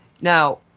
now